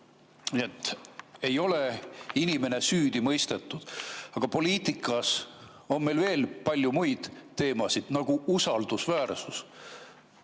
siin, et ei ole inimene süüdi mõistetud. Aga poliitikas on meil veel palju muid teemasid, nagu usaldusväärsus.